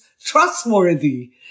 trustworthy